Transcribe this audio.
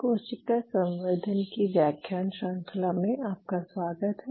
कोशिका संवर्धन की व्याख्यान श्रंखला में आपका स्वागत है